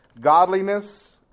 Godliness